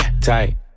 tight